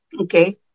Okay